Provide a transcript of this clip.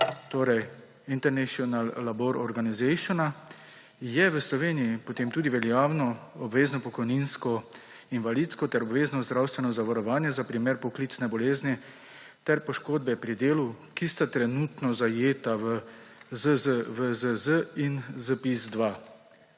torej International Labour Organization, je v Sloveniji veljavno tudi obvezno pokojninsko invalidsko ter obvezno zdravstveno zavarovanje za primer poklicne bolezni ter poškodbe pri delu, ki sta trenutno zajeta v ZZVZZ in ZPIZ-2.